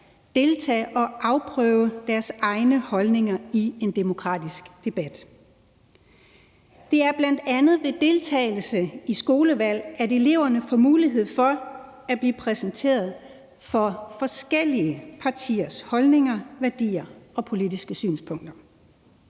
deltage og afprøve deres egne holdninger i en demokratisk debat. Det er bl.a. ved deltagelse i skolevalget, at eleverne får mulighed for at blive præsenteret for forskellige partiers holdninger, værdier og politiske synspunkter.